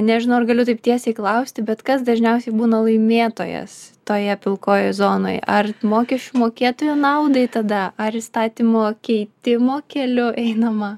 nežinau ar galiu taip tiesiai klausti bet kas dažniausiai būna laimėtojas toje pilkojoj zonoj ar mokesčių mokėtojų naudai tada ar įstatymo keitimo keliu einama